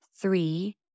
three